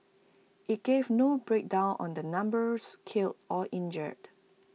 IT gave no breakdown on the numbers killed or injured